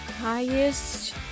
Highest